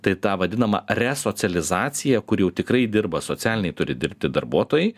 tai tą vadinamą resocializaciją kur jau tikrai dirba socialiniai turi dirbti darbuotojai